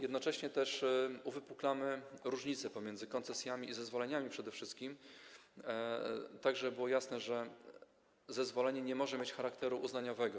Jednocześnie uwypuklamy różnice pomiędzy koncesjami i zezwoleniami, przede wszystkim żeby było jasne, że zezwolenie nie może mieć charakteru uznaniowego.